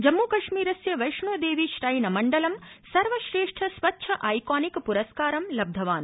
जम्मूकश्मीरस्य वैष्णोदेवी श्राइन मण्डलं सर्वश्रेष्ठ स्वच्छ आइकोनिक प्रस्कारं लब्धवान्